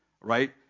right